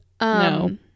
No